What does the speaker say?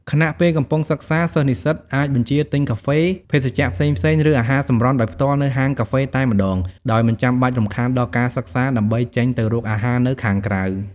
ខណៈពេលកំពុងសិក្សា សិស្សនិស្សិតអាចបញ្ជាទិញកាហ្វេ ភេសជ្ជៈផ្សេងៗ ឬអាហារសម្រន់ដោយផ្ទាល់នៅហាងកាហ្វេតែម្ដង ដោយមិនចាំបាច់រំខានដល់ការសិក្សាដើម្បីចេញទៅរកអាហារនៅខាងក្រៅ។